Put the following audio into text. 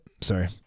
sorry